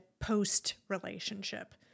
post-relationship